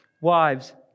Wives